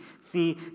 See